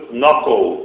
knuckle